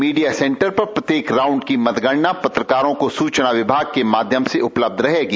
media centre पर प्रत्येक round की मतगणना पत्रकारों को सूचना विभाग के माध्यम से उपलब्ध रहेगी